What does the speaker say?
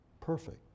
Perfect